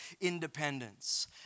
independence